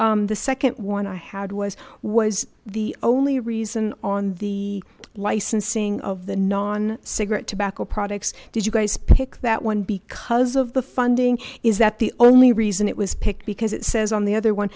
the second one i had was was the only reason on the licensing of the non cigarette tobacco products did you guys pick that one because of the funding is that the only reason it was picked because it says on the other one